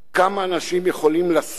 כמה אנשים יכולים לשאת